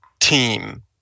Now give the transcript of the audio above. team